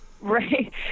right